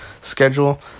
schedule